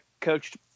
coached